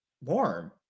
warm